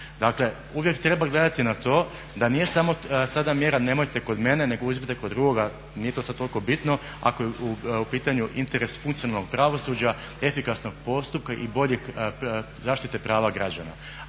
Dakle, uvijek treba gledati na to da nije samo sada mjera nemojte kod mene, nego uzmite kod drugoga nije to sad toliko bitno ako je u pitanju interes funkcionalnog pravosuđa, efikasnog postupka i boljeg, zaštite prava građana.